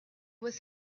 was